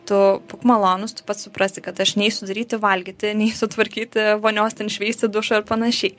tu būk malonus tu pats suprasi kad aš neisiu daryti valgyti neisiu tvarkyti vonios ten šveisti dušo ir panašiai